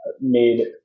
made